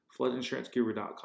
FloodInsuranceGuru.com